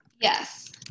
Yes